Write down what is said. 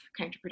counterproductive